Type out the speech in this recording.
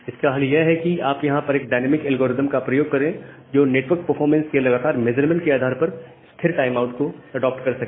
इसका हल यह है कि यहां पर आप एक डायनेमिक एल्गोरिथ्म का प्रयोग करें जो नेटवर्क परफॉर्मेंस के लगातार मेज़रमेंट के आधार पर स्थिर टाइम आउट इंटरवल को अडॉप्ट करे